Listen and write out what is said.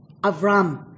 Avram